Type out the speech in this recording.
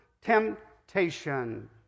temptation